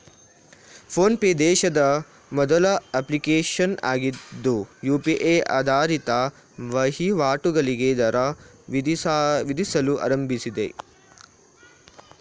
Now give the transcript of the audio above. phone pay ದೇಶದ ಮೊದಲ application ಆಗಿದ್ದು ಯು.ಪಿ.ಐ ಆಧಾರಿತ ವಹಿವಾಟುಗಳಿಗೆ ದರ ವಿಧಿಸಲು ಆರಂಭಿಸಿದೆ